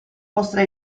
mostra